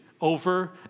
over